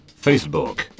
Facebook